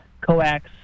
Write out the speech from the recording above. coax